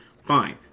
fine